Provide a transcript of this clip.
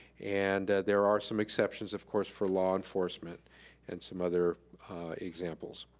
and there are some exceptions, of course, for law enforcement and some other examples.